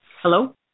Hello